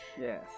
Yes